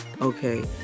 Okay